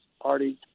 parties